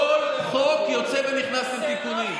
כל חוק נכנס ויוצא עם תיקונים.